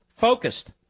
focused